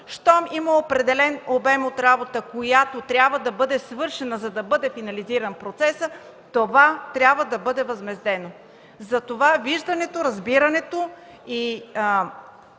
Щом има определен обем от работа, която трябва да бъде свършена, за да бъде финализиран процесът, това трябва да бъде възмездено. Затова виждането, разбирането и